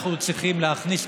אנחנו צריכים להכניס,